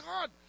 God